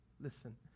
listen